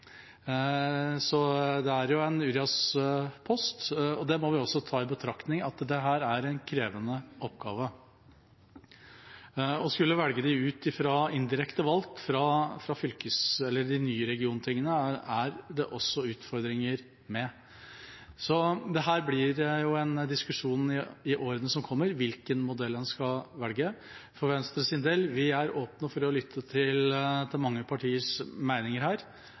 så lett å få folk til å stille til valg. Det er en uriaspost – vi må også ta i betraktning at dette er en krevende oppgave. Å skulle velge dem ut fra indirekte valg fra de nye regionstingene er det også utfordringer med. Det blir en diskusjon i årene som kommer hvilken modell man skal velge. For Venstres del er vi åpne for å lytte til mange partiers meninger her,